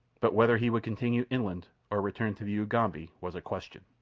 but whether he would continue inland or return to the ugambi was a question.